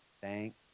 Thank